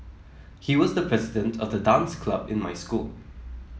he was the president of the dance club in my school